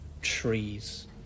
trees